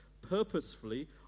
purposefully